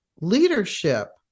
leadership